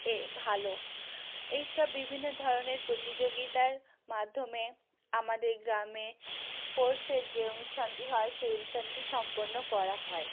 এ ভালো এইসব বিভিন্ন ধরনের প্রতিযোগিতার মাধ্যমে আমাদের গ্রামে স্পোর্টসের যে অনুষ্ঠানটি হয় সে অনুষ্ঠানটি সম্পন্ন করা হয়